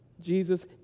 Jesus